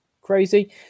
crazy